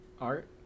art